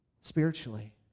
spiritually